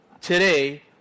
today